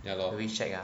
ya lor